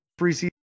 Preseason